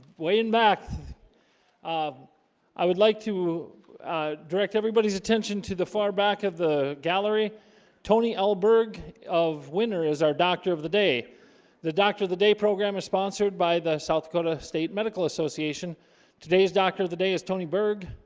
waiting back i would like to direct everybody's attention to the far back of the gallery tony albergue of winner is our doctor of the day the doctor of the day program is sponsored by the south dakota state medical association today's doctor of the day is toni berg